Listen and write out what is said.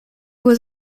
was